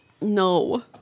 No